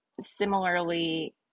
similarly